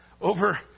over